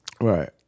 Right